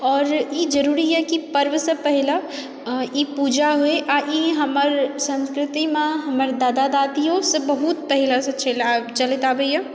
आओर ई जरुरी यऽ कि पर्वसँ पहिने आओर ई पूजा होइ आओर ई हमर संस्कृतिमे हमर दादा दादीयोसँ बहुत पहिनेसँ चलि चलैत आबैए